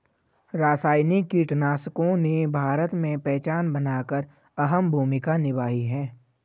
रासायनिक कीटनाशकों ने भारत में पहचान बनाकर अहम भूमिका निभाई है